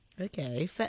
Okay